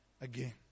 again